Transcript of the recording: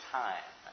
time